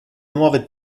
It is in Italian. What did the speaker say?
nuove